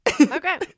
Okay